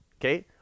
okay